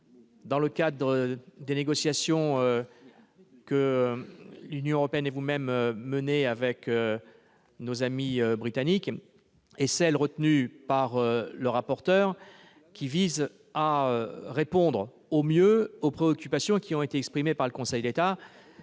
dans le cadre des négociations que l'Union européenne et vous-même menez avec nos amis britanniques, et celle qui est retenue par M. le rapporteur, qui vise à répondre au mieux aux préoccupations exprimées par le Conseil d'État,